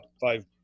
five